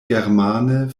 germane